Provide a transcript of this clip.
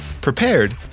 prepared